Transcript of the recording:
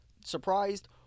surprised